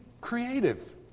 creative